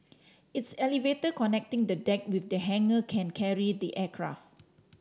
its elevator connecting the deck with the hangar can carry the aircraft